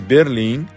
Berlim